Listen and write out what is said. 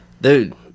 Dude